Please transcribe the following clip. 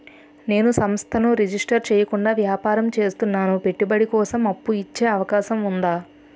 నేను సంస్థను రిజిస్టర్ చేయకుండా వ్యాపారం చేస్తున్నాను పెట్టుబడి కోసం అప్పు ఇచ్చే అవకాశం ఉందా?